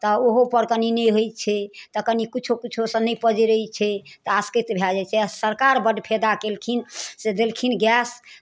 तऽ ओहोपर कनि नहि होइ छै तऽ कनि किछो किछोसँ नहि पजड़ै छै तऽ आसकति भए जाइ छै आ सरकार बड्ड फायदा कयलखिन से देलखिन गैस